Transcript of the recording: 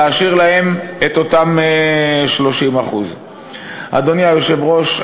להשאיר להם את אותם 30%. אדוני היושב-ראש,